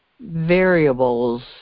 variables